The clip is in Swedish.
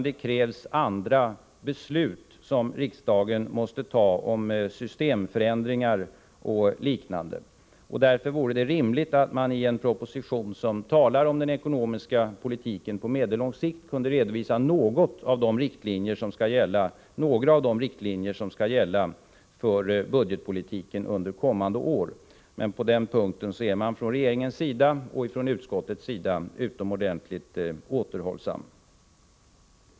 Då krävs det att riksdagen fattar beslut om systemförändringar och liknande. Därför vore det rimligt att man i en proposition som handlar om den ekonomiska politiken på medellång sikt redovisade några av de riktlinjer som skall gälla för budgetpolitiken under kommande år. Men på den punkten är både regeringen och utskottsmajoriteten utomordentligt återhållsamma.